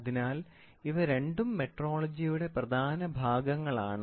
അതിനാൽ ഇവ രണ്ടും മെട്രോളജിയുടെ പ്രധാന ഭാഗങ്ങളാണ്